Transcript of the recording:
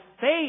faith